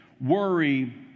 worry